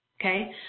okay